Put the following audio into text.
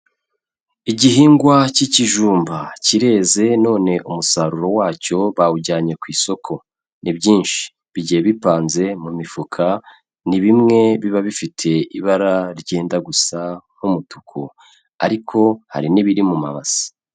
Igihingwa cy'ikijumba kireze none umusaruro wacyo bawujyanye ku isoko, ni byinshi bigiye bipanze mu mifuka, ni bimwe biba bifite ibara ryenda gusa nk'umutuku ariko hari n'ibiri mu ma base.